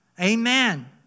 Amen